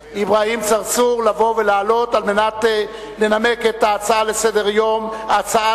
לבוא ולעלות כדי לנמק את ההצעה לאי-אמון,